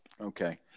Okay